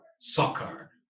soccer